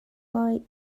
like